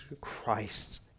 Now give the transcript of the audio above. Christ